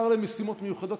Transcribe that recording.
שר למשימות מיוחדות,